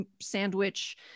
sandwich